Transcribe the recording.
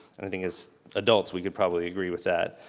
and i think as adults we could probably agree with that.